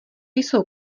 jsou